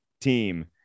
team